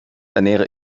ernähre